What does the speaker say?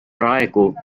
praegu